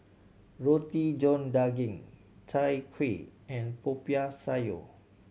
Roti John Daging Chai Kuih and Popiah Sayur